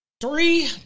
three